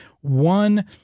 one